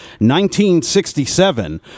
1967